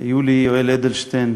יולי יואל אדלשטיין,